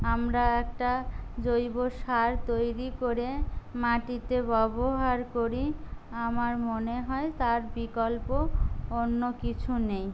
আমরা একটা জৈবসার তৈরি করে মাটিতে ব্যবহার করি আমার মনে হয় তার বিকল্প অন্য কিছু নেই